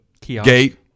gate